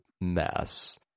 mess